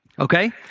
Okay